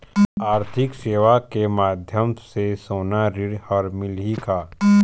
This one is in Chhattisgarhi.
आरथिक सेवाएँ के माध्यम से सोना ऋण हर मिलही का?